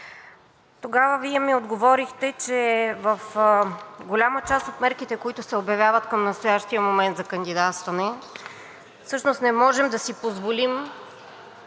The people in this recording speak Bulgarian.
Тогава Вие ми отговорихте, че в голяма част от мерките, които се обявяват към настоящия момент за кандидатстване, всъщност не можем да си позволим